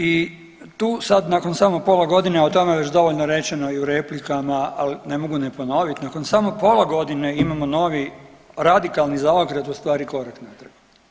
I tu sad nakon samo pola godine, a o tome je već dovoljno rečeno i u replikama, ali ne mogu ne ponovit, nakon samo pola godine imamo novi radikalni zaokret u stvari korak natrag.